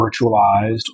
virtualized